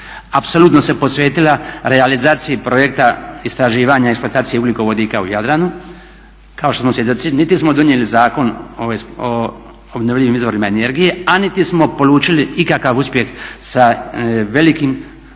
apsolutno se posvetila realizaciji projekta istraživanja i eksploatacije ugljikovodika u Jadranu, kako što smo svjedoci niti smo donijeli Zakon o obnovljivim izvorima energije a niti smo polučili ikakav uspjeh sa velikim